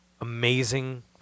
amazing